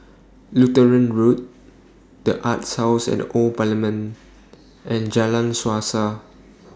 Lutheran Road The Arts House At The Old Parliament and Jalan Suasa